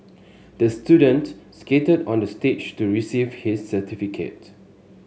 the student skated onto the stage to receive his certificate